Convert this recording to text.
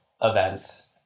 events